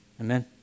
Amen